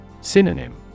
Synonym